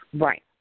Right